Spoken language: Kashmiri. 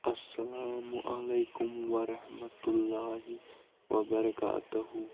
السلام عليكم ورحمة الله وبركاته